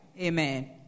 Amen